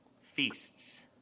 feasts